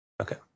Okay